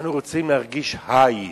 אנחנו רוצים להרגיש high,